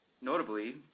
Notably